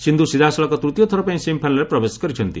ସିନ୍ଧୁ ସିଧାସଳଖ ତୂତୀୟ ଥର ପାଇଁ ସେମିଫାଇନାଲ୍ରେ ପ୍ରବେଶ କରିଛନ୍ତି